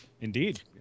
Indeed